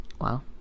Wow